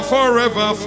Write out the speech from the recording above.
Forever